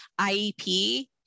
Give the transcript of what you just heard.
IEP